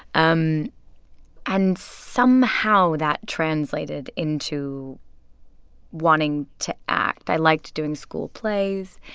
um and somehow that translated into wanting to act. i liked doing school plays.